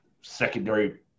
secondary